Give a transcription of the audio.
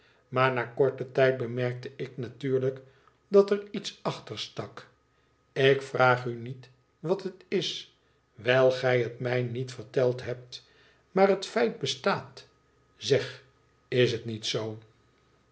maar na korten tijd bemerkte ik natuurlijk dat er iets achter stak ik vraag u niet wat het is wijl gij het mij niet verteld hebt maar het feit bestaat zeg is het niet zoo